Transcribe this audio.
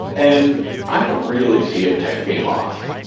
and i don't really see it taking off.